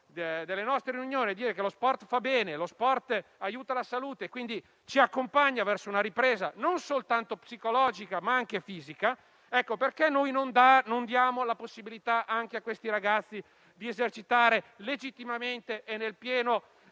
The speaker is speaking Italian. le nostre riunioni che lo sport fa bene, che aiuta la salute e ci accompagna verso una ripresa non soltanto psicologica, ma anche fisica, perché non dare la possibilità anche a questi ragazzi di esercitare legittimamente e nel pieno